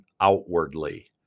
outwardly